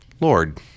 Lord